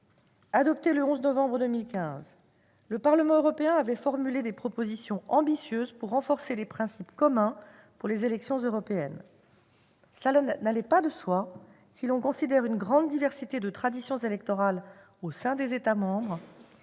adopté le 11 novembre 2015, le Parlement européen a formulé des propositions ambitieuses pour renforcer les principes communs pour les élections européennes. Cela n'allait pas de soi, si l'on considère la grande diversité de traditions électorales au sein des États membres,